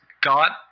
got